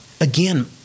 again